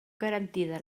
garantida